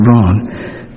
wrong